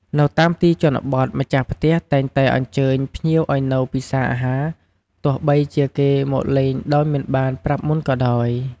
នៅតាមទីជនបទ ម្ចាស់ផ្ទះតែងតែអញ្ជើញភ្ញៀវឱ្យនៅពិសាអាហារ ទោះបីជាគេមកលេងដោយមិនបានប្រាប់មុនក៏ដោយ។